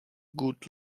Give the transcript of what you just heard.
good